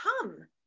come